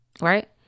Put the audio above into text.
Right